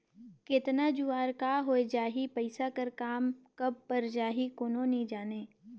केतना जुवार का होए जाही, पइसा कर काम कब पइर जाही, कोनो नी जानें